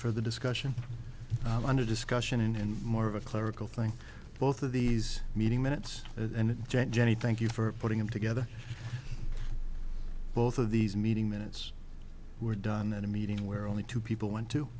for the discussion under discussion and more of a clerical thing both of these meeting minutes and it jenny thank you for putting them together both of these meeting minutes were done at a meeting where only two people went to